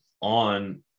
on